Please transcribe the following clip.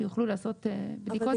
שיוכלו לעשות בדיקות.